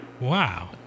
Wow